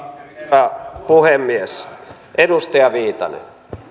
arvoisa herra puhemies edustaja viitanen